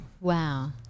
Wow